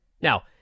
Now